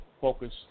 focus